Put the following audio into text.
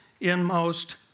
inmost